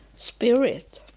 spirit